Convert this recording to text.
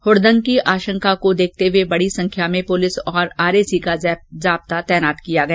हुडदंग की आशंका को देखते हुए बडी संख्या में पुलिस और आरएसी का जाब्ता तैनात किया गया